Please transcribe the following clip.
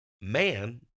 man